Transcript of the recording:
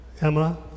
Emma